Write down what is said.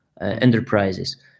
enterprises